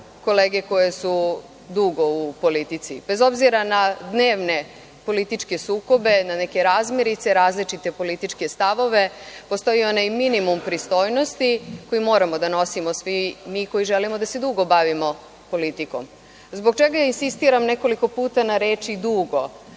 kolege koje su dugo u politici. Bez obzira na dnevne političke sukobe, na neke razmirice, različite političke stavove, postoji onaj minimum pristojnosti koji moramo da nosimo svi mi koji želimo da se dugo bavimo politikom. Zbog čega insistiram nekoliko puta na reči - dugo?